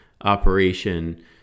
operation